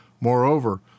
Moreover